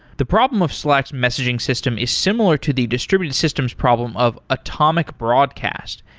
the problem of slack's messaging system is similar to the distributed systems problem of atomic broadcast,